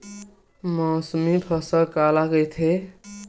मौसमी फसल काला कइथे?